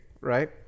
right